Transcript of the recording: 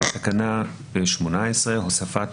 18.הוספת